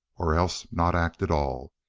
or else not act at all.